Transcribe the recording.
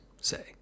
say